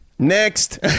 Next